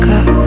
up